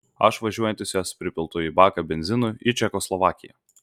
aš važiuojantis jos pripiltu į baką benzinu į čekoslovakiją